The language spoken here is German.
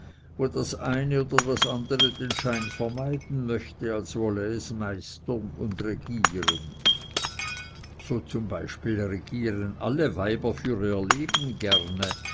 wo das eine oder das andere den schein vermeiden möchte als wolle es meistern und regieren so zum beispiel regieren alle weiber für ihr leben gerne